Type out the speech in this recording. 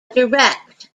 direct